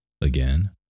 again